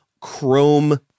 chrome